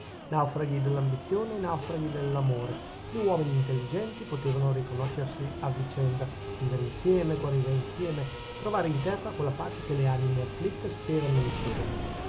naufraghi dell'ambizione e naufraghi dell'amore gli uomini intelligenti potevano riconoscersi a vicenda vivere insieme guarire insieme trovare in terra quella pace che le anime afflitte sperano in cielo